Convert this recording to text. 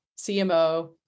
CMO